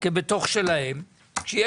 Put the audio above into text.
בהערת ביניים.